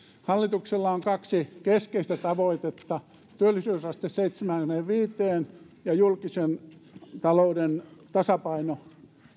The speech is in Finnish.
hallituksella on kaksi keskeistä tavoitetta työllisyysaste seitsemäänkymmeneenviiteen ja julkisen talouden tasapaino